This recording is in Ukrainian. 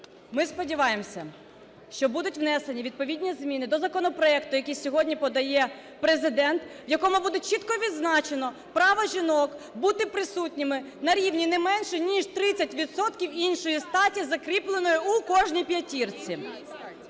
Ми сподіваємося, що будуть внесені відповідні зміни до законопроекту, який сьогодні подає Президент, у якому буде чітко відзначено право жінок бути присутніми на рівні не менше ніж 30 відсотків іншої статі, закріпленої у кожній п'ятірці…